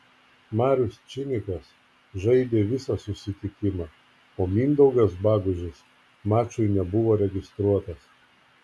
marius činikas žaidė visą susitikimą o mindaugas bagužis mačui nebuvo registruotas